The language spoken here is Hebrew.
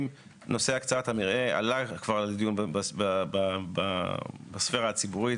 נושא הקצאת המרעה כבר עלה לדיון בספירה הציבורית,